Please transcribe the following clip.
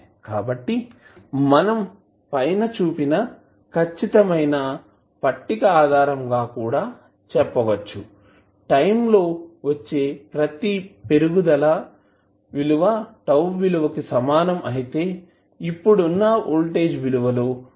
కాబట్టి మనం పైన చూపిన ఖచ్చితమైన పట్టికటేబుల్ ఆధారంగా కూడా చెప్పవచ్చు టైంలో వచ్చే ప్రతి పెరుగుదల ఇంక్రిమెంట్ విలువ τ విలువ కిసమానం అయితే ఇప్పుడున్న వోల్టేజ్ విలువలో 36